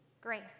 Grace